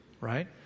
right